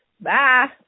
Bye